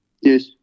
Yes